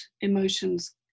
Emotions